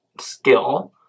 skill